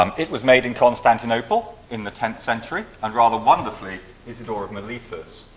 um it was made in constantinople in the tenth century, and rather wonderfully. isidore of miletus,